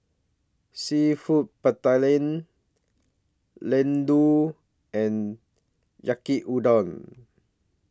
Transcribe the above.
Seafood Ladoo and Yaki Udon